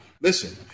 Listen